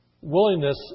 willingness